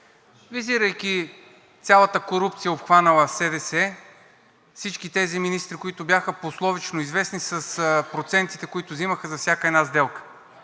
визирайки цялата корупция, обхванала СДС, всички тези министри, които бяха пословично известни с процентите, които взимаха за всяка една сделка.